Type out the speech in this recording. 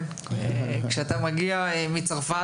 כשאתה מגיע מצרפת,